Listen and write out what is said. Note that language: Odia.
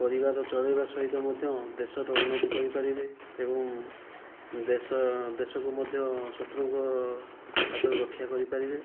ପରିବାର ଚଳାଇବା ସହିତ ମଧ୍ୟ ଦେଶର ଉନ୍ନତି କରିପାରିବେ ଏବଂ ଦେଶ ଦେଶକୁ ମଧ୍ୟ ଶତ୍ରୁଙ୍କ ହାତରୁ ରକ୍ଷା କରିପାରିବେ